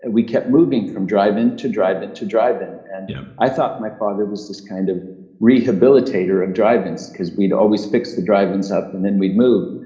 and we kept moving from drive-in to drive-in to drive-in, and yeah i thought my father was just kind of rehabilitator of drive-ins, because we'd always fix the drive-ins up and then we'd move.